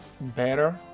better